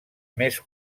més